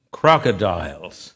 crocodiles